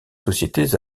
sociétés